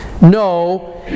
No